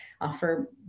offer